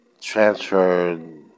transferred